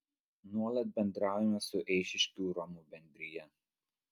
nuolat bendraujame su eišiškių romų bendrija